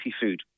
food